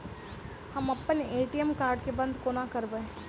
हम अप्पन ATM card केँ बंद कोना करेबै?